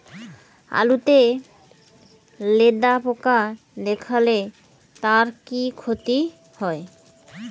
আলুতে লেদা পোকা দেখালে তার কি ক্ষতি হয়?